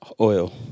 oil